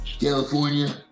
California